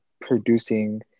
producing